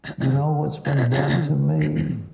you know what's been done to me.